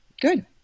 good